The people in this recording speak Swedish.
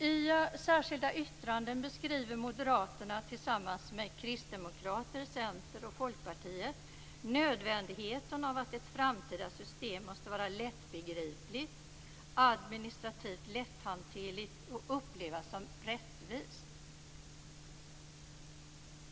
I särskilda yttranden beskriver Moderaterna tillsammans med Kristdemokraterna, Centern och Folkpartiet nödvändigheten av att ett framtida system måste vara lättbegripligt, administrativt lätthanterligt och upplevas som rättvist.